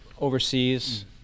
overseas